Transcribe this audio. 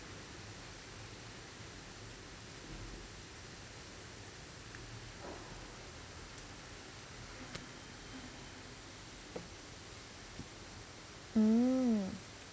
mm